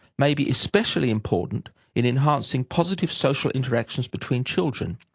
may be especially important in enhancing positive social interactions between children,